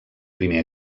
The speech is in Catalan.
primer